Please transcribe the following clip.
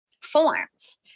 forms